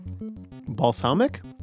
Balsamic